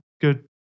good